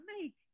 make